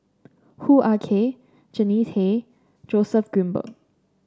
Hoo Ah Kay Jannie Tay Joseph Grimberg